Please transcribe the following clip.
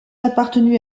appartenu